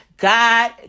God